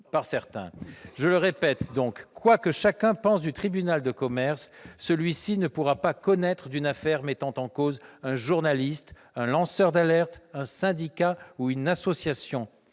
insupportable. Quoi que chacun puisse penser du tribunal de commerce, celui-ci ne pourra pas connaître d'une affaire mettant en cause un journaliste, un lanceur d'alerte, un syndicat ou une association.